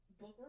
Book